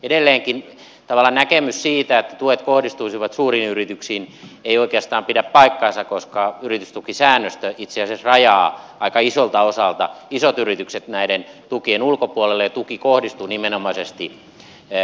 edelleenkin tavallaan näkemys siitä että tuet kohdistuisivat suuriin yrityksiin ei oikeastaan pidä paikkaansa koska yritystukisäännöstö itse asiassa rajaa aika isolta osalta isot yritykset näiden tukien ulkopuolelle ja tuki kohdistuu nimenomaisesti pk yrityksiin